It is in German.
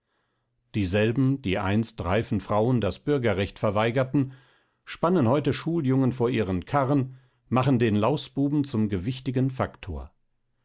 dieselben die einst reifen frauen das bürgerrecht verweigerten spannen heute schuljungen vor ihren karren machen den lausbuben zum gewichtigen faktor